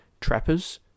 trappers